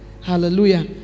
Hallelujah